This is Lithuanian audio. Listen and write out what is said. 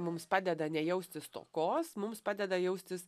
mums padeda nejausti stokos mums padeda jaustis